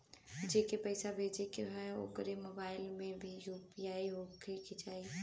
जेके पैसा भेजे के ह ओकरे मोबाइल मे भी यू.पी.आई होखे के चाही?